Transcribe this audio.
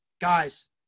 guys